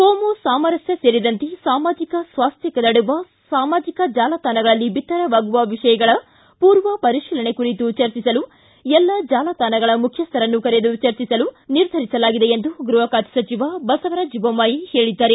ಕೋಮು ಸಾಮರಸ್ಕ ಸೇರಿದಂತೆ ಸಾಮಾಜಿಕ ಸ್ವಾಸ್ತ್ಯ ಕದಡುವ ಸಾಮಾಜಿಕ ಜಾಲತಾಣಗಳಲ್ಲಿ ಬಿತ್ತರವಾಗುವ ವಿಷಯಗಳ ಪೂರ್ವ ಪರಿಶೀಲನೆ ಕುರಿತು ಚರ್ಚಿಸಲು ಎಲ್ಲ ಜಾಲತಾಣಗಳ ಮುಖ್ಯಸ್ಥರನ್ನು ಕರೆದು ಚರ್ಚಿಸಲು ನಿರ್ಧರಿಸಲಾಗಿದೆ ಎಂದು ಗೃಹ ಖಾತೆ ಸಚಿವ ಬಸವರಾಜ ಬೊಮ್ಮಾಯಿ ಹೇಳಿದ್ದಾರೆ